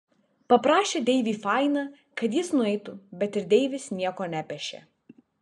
paprašė deivį fainą kad jis nueitų bet ir deivis nieko nepešė